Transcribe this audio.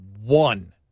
one